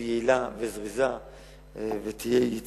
יעילה, זריזה ויצירתית,